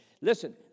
Listen